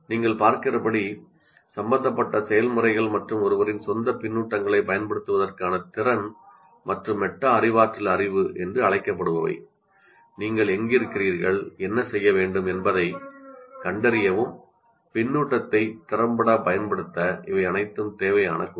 நீங்கள் பார்க்கிறபடி சம்பந்தப்பட்ட செயல்முறைகள் மற்றும் ஒருவரின் சொந்த கருத்துக்களைப் பயன்படுத்துவதற்கான திறன் மற்றும் மெட்டா அறிவாற்றல் அறிவு என்று அழைக்கப்படுபவை நீங்கள் எங்கிருக்கிறீர்கள் என்ன செய்ய வேண்டும் என்பதைக் கண்டறியவும் பின்னூட்டத்தை திறம்பட பயன்படுத்த இவை அனைத்தும் தேவையான கூறுகள்